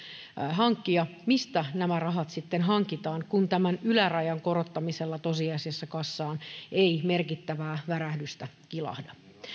hankkia nämä rahat sitten hankitaan kun tämän ylärajan korottamisella tosiasiassa kassaan ei merkittävää värähdystä kilahda